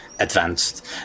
Advanced